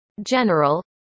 general